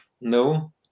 no